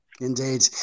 Indeed